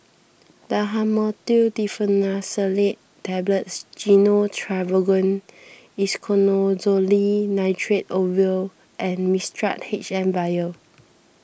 Dhamotil Diphenoxylate Tablets Gyno Travogen Isoconazole Nitrate Ovule and Mixtard H M Vial